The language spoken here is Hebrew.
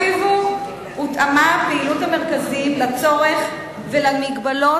הותאמה פעילות המרכזים לצורך ולמגבלות